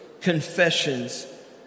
confessions